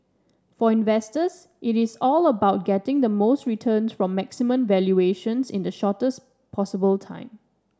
for investors it is all about getting the most returns from maximum valuations in the shortest possible time